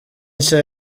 nshya